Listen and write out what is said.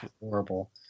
horrible